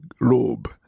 robe